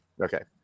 Okay